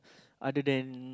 other than